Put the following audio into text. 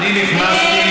אני נכנסתי,